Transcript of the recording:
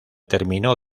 terminó